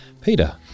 Peter